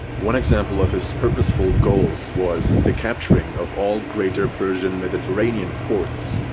one example of his purposeful goals was the capturing of all greater persian mediterranean ports,